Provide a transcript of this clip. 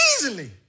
Easily